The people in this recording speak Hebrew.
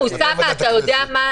אבל הריסות וצווי הריסה ממשיכים כרגיל.